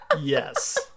Yes